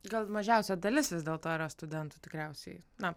gal mažiausia dalis vis dėlto yra studentų tikriausiai na